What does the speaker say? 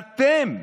אתם,